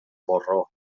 porró